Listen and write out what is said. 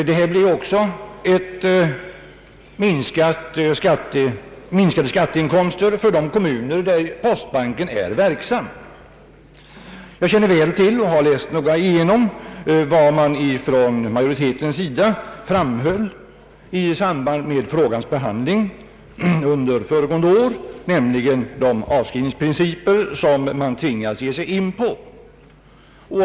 Detta innebär också minskade skatteinkomster för de kommuner där postbanken är verksam. Jag känner väl till och har noga läst igenom vad man från majoritetens sida betonade i samband med frågans behandling föregående år, nämligen de avskrivningsprinciper som man tvingats ge sig in på.